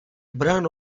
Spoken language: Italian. brano